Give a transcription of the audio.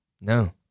No